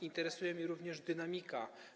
Interesuje mnie również dynamika.